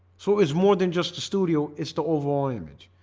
so it's more than just the studio. it's the overall image,